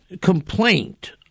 complaint